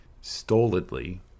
stolidly